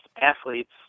athletes